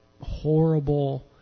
horrible